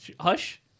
Hush